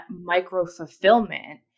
micro-fulfillment